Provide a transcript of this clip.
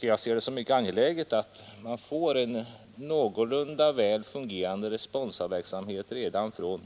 Jag ser det som mycket angeläget att man får en någorlunda väl fungerande responsaverksamhet redan från